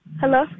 Hello